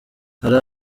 hari